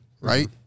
right